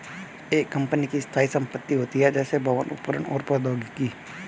एक कंपनी की स्थायी संपत्ति होती हैं, जैसे भवन, उपकरण और प्रौद्योगिकी